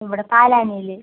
ഇവിടെ പാലാനിയിൽ